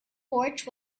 porch